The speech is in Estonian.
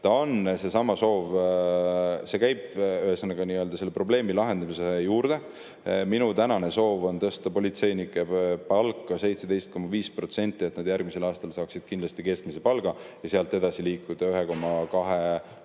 [on tõesti], see käib selle probleemi lahendamise juurde. Minu tänane soov on tõsta politseinike palka 17,5%, et nad järgmisel aastal saaksid kindlasti [Eesti] keskmise palga ja sealt edasi liikuda 1,2